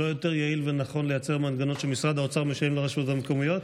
לא יותר יעיל ונכון לייצר מנגנון שמשרד האוצר משלם לרשויות המקומיות?